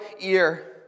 ear